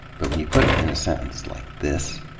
but when you put it in a sentence like this?